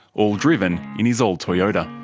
all driven in his old toyota.